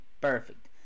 perfect